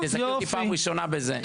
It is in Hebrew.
תזכי אותי פעם ראשונה בזה.